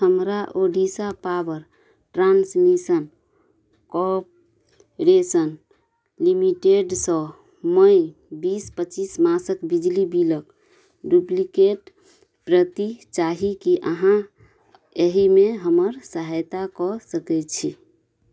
हमरा Odisha power transmission corporation लिमिटेडसँ मइ बीस पचीस मासके बिजली बिलके डुप्लिकेट प्रति चाही कि अहाँ एहिमे हमर सहायता कऽ सकै छी